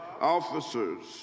officers